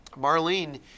Marlene